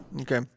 Okay